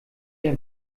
der